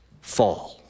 fall